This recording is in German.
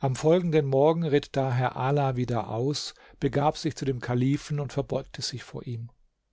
am folgen morgen ritt daher ala wieder aus begab sich zu dem kalifen und verbeugte sich vor ihm